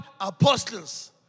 Apostles